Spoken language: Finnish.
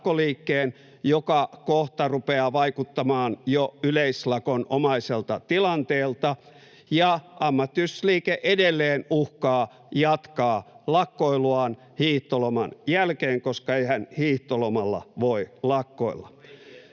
joka kohta rupeaa vaikuttamaan jo yleislakonomaiselta tilanteelta, ja ammattiyhdistysliike edelleen uhkaa jatkaa lakkoiluaan hiihtoloman jälkeen, koska eihän hiihtolomalla voi lakkoilla.